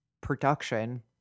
production